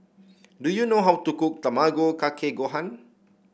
do you know how to cook Tamago Kake Gohan